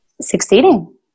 succeeding